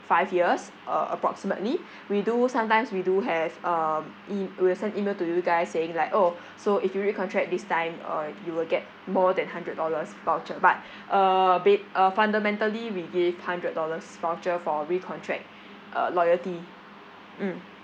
five years uh approximately we do sometimes we do have um e~ we will send email to you guys saying like orh so if you recontract this time uh you will get more than hundred dollars voucher but uh bed~ uh fundamentally we give hundred dollars voucher for recontract uh loyalty mm